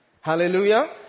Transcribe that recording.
Hallelujah